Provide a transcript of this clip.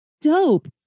dope